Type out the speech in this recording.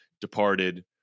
departed